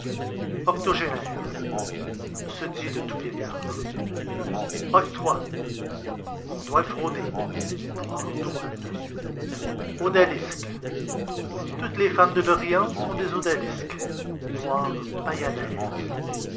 octogénaire se dit de tout vieillard octroi on doit le frauder v douane odalisques toutes les femmes de l'orient sont des odalisques